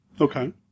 Okay